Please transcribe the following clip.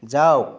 যাওক